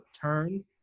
turn